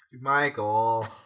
Michael